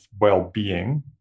well-being